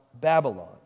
Babylon